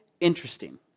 interesting